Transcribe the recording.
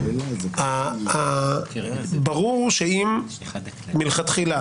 ברור הוא שמלכתחילה